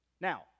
Now